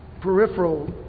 peripheral